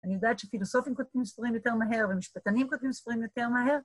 אני יודעת שפילוסופים כותבים ספרים יותר מהר ומשפטנים כותבים ספרים יותר מהר.